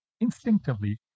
instinctively